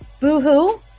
boo-hoo